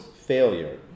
failure